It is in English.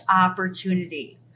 opportunity